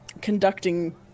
conducting